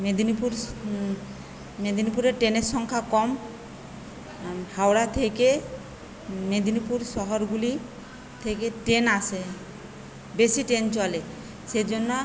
মেদিনীপুর শ মেদিনীপুরের ট্রেনের সংখ্যা কম হাওড়া থেকে মেদিনীপুর শহরগুলি থেকে ট্রেন আসে বেশি ট্রেন চলে সেজন্য